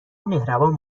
مهربان